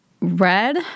red